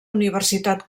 universitat